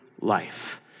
life